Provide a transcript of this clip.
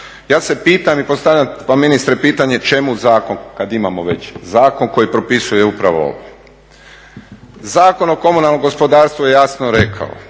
ja se pitam i postavljam vam ministre pitanje, čemu zakon kad imamo zakon koji propisuje upravo ovo? Zakon o komunalnom gospodarstvu je jasno rekao,